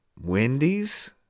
wendy's